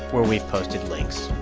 where we've posted links